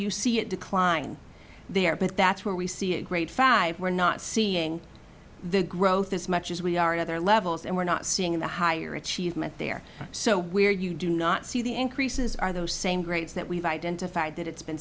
you see it decline there but that's where we see a great five we're not seeing the growth as much as we are at other levels and we're not seeing the higher achievement there so where you do not see the increases are those same grades that we've identified that it's been